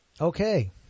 okay